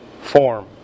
form